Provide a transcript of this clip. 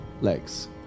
legs